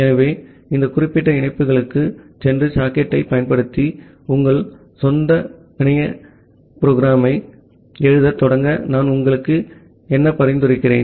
ஆகவே இந்த குறிப்பிட்ட இணைப்புகளுக்குச் சென்று சாக்கெட்டைப் பயன்படுத்தி உங்கள் சொந்த பிணைய நிரலாக்கத்தை எழுதத் தொடங்க நான் உங்களுக்கு என்ன பரிந்துரைக்கிறேன்